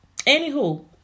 anywho